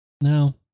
No